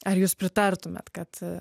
ar jūs pritartumėt kad